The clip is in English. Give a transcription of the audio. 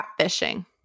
catfishing